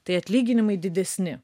tai atlyginimai didesni